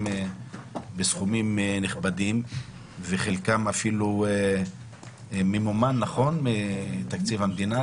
בסכומים נכבדים וחלקם אפילו ממומן מתקציב המדינה,